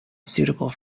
suitable